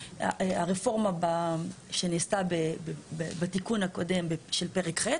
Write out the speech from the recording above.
הרפורמה שנעשתה בתיקון הקודם של פרק ח',